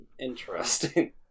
Interesting